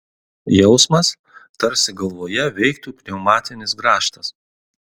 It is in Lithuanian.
jausmas tarsi galvoje veiktų pneumatinis grąžtas